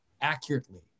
accurately